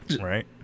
Right